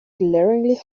glaringly